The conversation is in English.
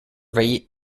rei